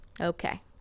Okay